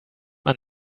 man